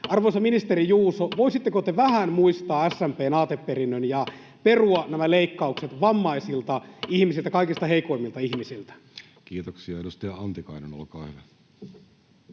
Arvoisa ministeri Juuso, voisitteko te vähän muistaa SMP:n aateperintöä ja perua nämä leikkaukset vammaisilta ihmisiltä — kaikista heikoimmilta ihmisiltä? Kiitoksia. — Edustaja Antikainen, olkaa hyvä.